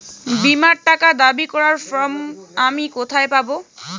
বীমার টাকা দাবি করার ফর্ম আমি কোথায় পাব?